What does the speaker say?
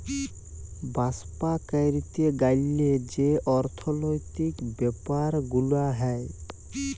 বাপ্সা ক্যরতে গ্যালে যে অর্থলৈতিক ব্যাপার গুলা হ্যয়